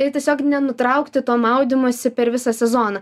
ir tiesiog nenutraukti to maudymosi per visą sezoną